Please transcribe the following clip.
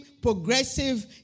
progressive